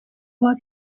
was